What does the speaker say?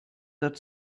that